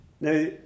Now